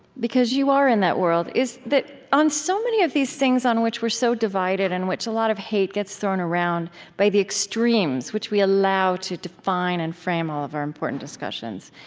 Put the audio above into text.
because you are in that world is that on so many of these things on which we're so divided which a lot of hate gets thrown around by the extremes, which we allow to define and frame all of our important discussions,